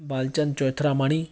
Balchand Choithramani